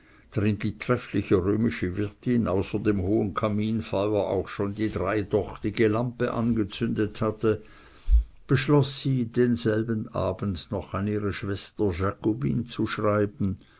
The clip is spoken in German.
die treffliche römische wirtin außer dem hohen kaminfeuer auch schon die dreidochtige lampe angezündet hatte beschloß sie denselben abend noch an ihre schwester jakobine zu schreiben